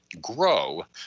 grow